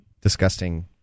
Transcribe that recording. disgusting